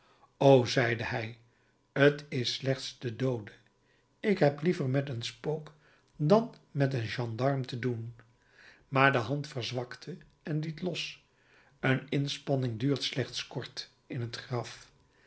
o zeide hij t is slechts de doode ik heb liever met een spook dan met een gendarm te doen maar de hand verzwakte en liet los een inspanning duurt slechts kort in het graf